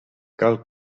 cal